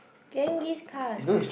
Genghis-Khan